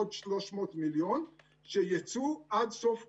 עוד 300 מיליון שיצאו עד סוף אוגוסט.